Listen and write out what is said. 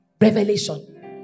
Revelation